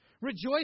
Rejoice